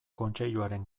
kontseiluaren